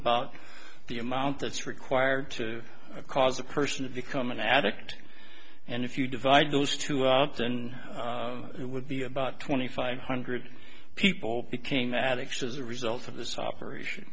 about the amount that's required to cause a person become an addict and if you divide those two then it would be about twenty five hundred people became addicts as a result of this operation